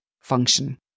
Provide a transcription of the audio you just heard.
function